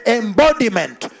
embodiment